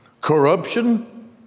Corruption